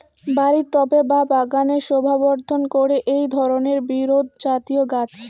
বাড়ির টবে বা বাগানের শোভাবর্ধন করে এই ধরণের বিরুৎজাতীয় গাছ